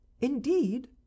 Indeed